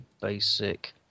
basic